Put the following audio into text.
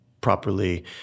properly